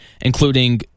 including